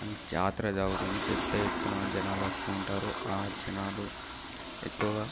జాతర సాగుతుంది పెద్ద ఎత్తున జనాలు వస్తూ ఉంటారు ఆ జనాలు ఎక్కువగా